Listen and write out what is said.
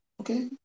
Okay